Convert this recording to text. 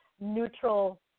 neutral